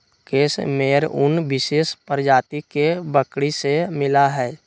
case मेयर उन विशेष प्रजाति के बकरी से मिला हई